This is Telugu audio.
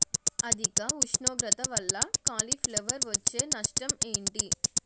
అధిక ఉష్ణోగ్రత వల్ల కాలీఫ్లవర్ వచ్చే నష్టం ఏంటి?